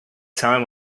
time